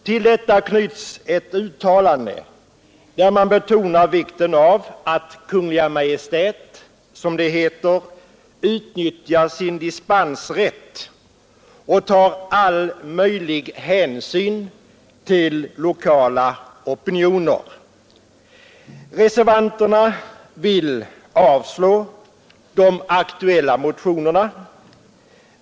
Till detta krävs ett uttalande där man betonar vikten av att Kungl. Maj:t, som det heter, ”utnyttjar sin dispensrätt och tar all möjlig hänsyn till lokala opinioner”. Reservanterna vill avslå de aktuella motionerna.